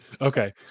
Okay